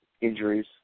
injuries